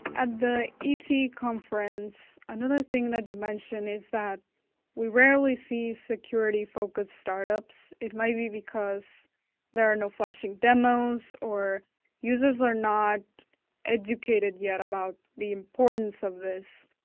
at the et conference, another thing that you mentioned is that we rarely see security focus startups. it might be because there are no flashing demos, or users are not educated yet about the importance of this.